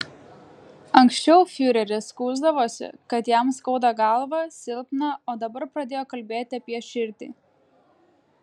anksčiau fiureris skųsdavosi kad jam skauda galvą silpna o dabar pradėjo kalbėti apie širdį